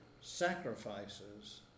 sacrifices